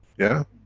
yeah?